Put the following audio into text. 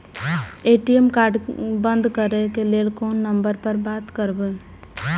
ATM card बंद करे के लेल कोन नंबर पर बात करबे?